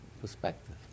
perspective